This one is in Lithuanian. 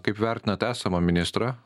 kaip vertinat esamą ministrą